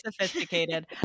sophisticated